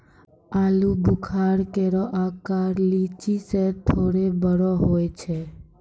आलूबुखारा केरो आकर लीची सें थोरे बड़ो होय छै